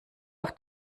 auf